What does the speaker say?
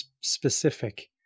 specific